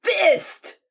Fist